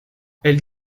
elle